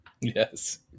Yes